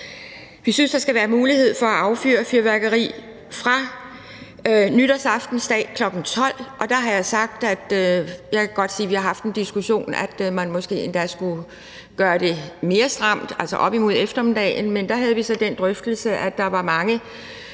Vi synes, der skal være mulighed for at affyre fyrværkeri fra nytårsaftensdag kl. 12.00 – og der kan jeg godt sige, at vi har haft en diskussion om, at man måske endda skulle gøre det mere stramt, altså med starttidspunkt op imod eftermiddagen. Men under den drøftelse kom det frem, at der var mange